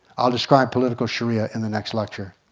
i'll describe political sharia in the next lecture.